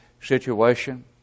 situation